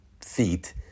feet